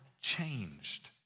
changed